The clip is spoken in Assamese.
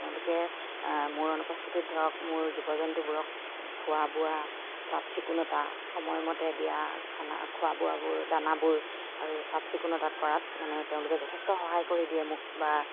তেওঁলোকে মোৰ অনুপস্থিতিত ধৰক মোৰ জীৱ জন্তুবোৰক খোৱা বোৱা চাফ চিকুণতা সময়মতে দিয়া খানা খোৱা বোৱাবোৰ দানাবোৰ আৰু চাফ চিকুণতা কৰাত মানে তেওঁলোকে যথেষ্ট সহায় কৰি দিয়ে মোক বা